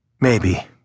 Maybe